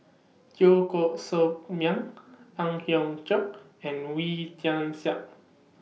Teo Koh Sock Miang Ang Hiong Chiok and Wee Tian Siak